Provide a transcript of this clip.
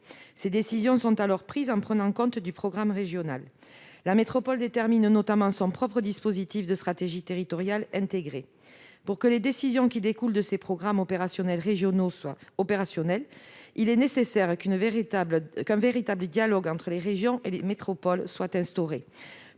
les décisions sont alors prises en tenant compte du programme régional. La métropole déterminerait notamment son propre dispositif de stratégie territoriale intégrée. Pour que les décisions qui découlent de ces programmes régionaux soient opérationnelles, il est nécessaire qu'un véritable dialogue entre les régions et les métropoles soit instauré.